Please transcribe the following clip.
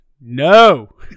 no